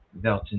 Velton